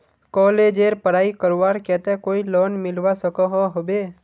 कॉलेजेर पढ़ाई करवार केते कोई लोन मिलवा सकोहो होबे?